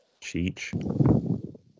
Cheech